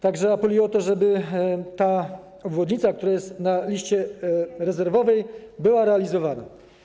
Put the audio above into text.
Tak że apeluję o to, żeby ta obwodnica, która jest na liście rezerwowej, była realizowana.